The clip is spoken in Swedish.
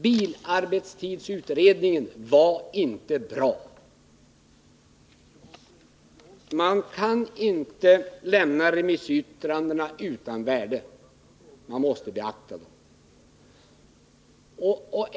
Bilarbetstidsutredningen var inte bra, Kurt Hugosson. Man kan inte lämna remissyttrandena utan beaktande.